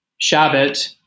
Shabbat